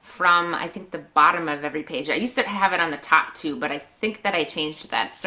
from i think the bottom of every page. i used to have it on the top too but i think that i changed that. so